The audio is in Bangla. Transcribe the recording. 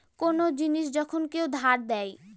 কোন জিনিস যখন কেউ ধার দেয়